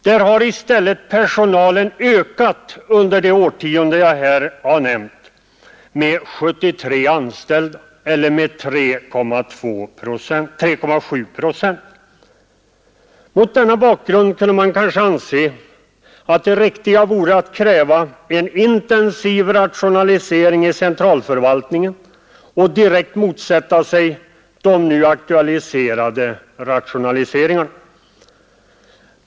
Där har i stället personalen ökat under detta årtionde med 73 anställda, eller med 3,7 procent. Mot denna bakgrund kunde man kanske anse att det riktiga vore att kräva en intensiv rationalisering i centralförvaltningen och direkt motsätta sig de nu aktualiserade rationaliseringarna.